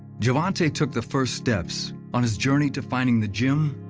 gervonta took the first steps on his journey to finding the gym,